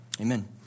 amen